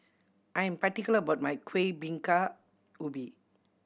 I am particular about my Kuih Bingka Ubi